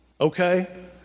Okay